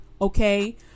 Okay